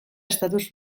estatus